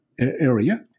area